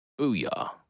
Booyah